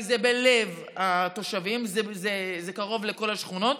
זה בלב התושבים, קרוב לכל השכונות.